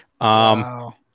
Wow